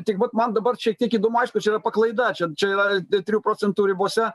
tik vat man dabar šiek tiek įdomu aišku čia yra paklaida čia čia yra trijų procentų ribose